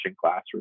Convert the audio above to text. classroom